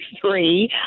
three